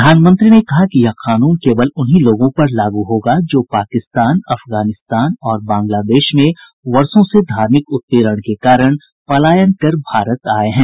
प्रधानमंत्री ने कहा कि यह कानून केवल उन्हीं लोगों पर लागू होगा जो पाकिस्तान अफगानिस्तान और बांगलादेश में वर्षो से धार्मिक उत्पीड़न के कारण पलायन कर भारत आए हैं